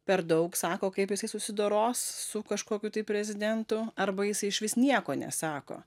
per daug sako kaip jisai susidoros su kažkokiu tai prezidentu arba jisai išvis nieko nesako